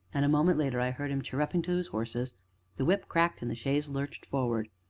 and a moment later i heard him chirruping to his horses the whip cracked and the chaise lurched forward.